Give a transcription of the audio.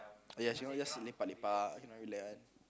oh ya he want just lepak lepak relax one